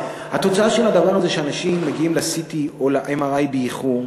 התוצאה של הדבר הזה שאנשים מגיעים ל-CT או ל-MRI באיחור,